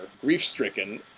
Grief-stricken